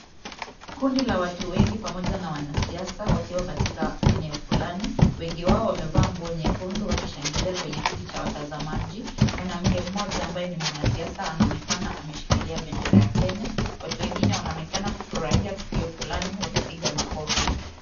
Kundi la watu wengi pamoja na wanasiasa wakiwa katika eneo fulani. Wengi wao wamevaa nguo nyekundu wakishangilia kwenye kiti cha watazamaji. Mwanamke mmoja ambaye ni mwanasiasa anaonekana ameshikilia bendera ya Kenya. Watu wengine wanaonekana kufurahia tukio fulani wakipiga makofi.